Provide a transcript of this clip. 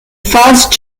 first